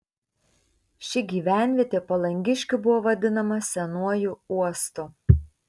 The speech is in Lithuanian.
ši gyvenvietė palangiškių buvo vadinama senuoju uostu